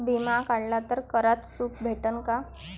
बिमा काढला तर करात सूट भेटन काय?